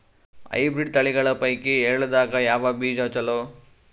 Hybrid ತಳಿಗಳ ಪೈಕಿ ಎಳ್ಳ ದಾಗ ಯಾವ ಬೀಜ ಚಲೋ?